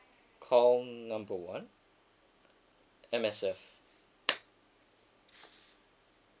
call number one M_S_F